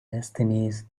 destinies